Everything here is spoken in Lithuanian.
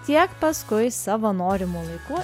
tiek paskui savo norimu laiku